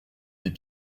des